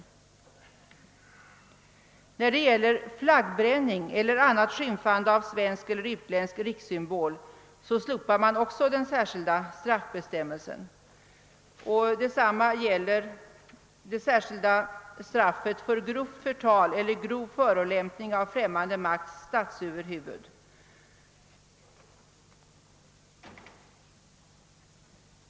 Även när det gäller flaggbränning eller annat skymfande av svensk eller utländsk rikssymbol slopar man den särskilda straffbestämmelsen. Detsamma gäller det särskilda straffet för grovt förtal eller grov förolämpning av främmande makts statsöverhuvud.